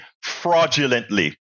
fraudulently